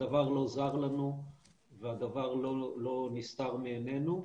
הדבר לא זר לנו והדבר לא נסתר מעינינו,